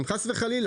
אם חס וחלילה,